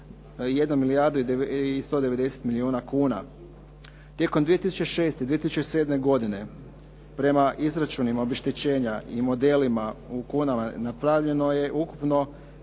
1.1 milijardu i 190 milijuna kuna. Tijekom 2006. i 2007. godine prema izračunima obeštećenja i modelima u kunama napravljeno je ukupno